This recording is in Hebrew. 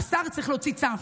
השר צריך להוציא צו,